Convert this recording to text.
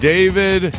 David